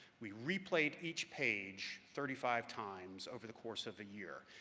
we replayed each page thirty five times over the course of a year,